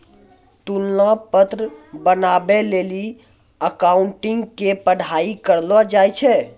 तुलना पत्र बनाबै लेली अकाउंटिंग के पढ़ाई करलो जाय छै